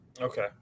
Okay